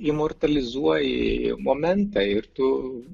imortalizuoji momentą ir tu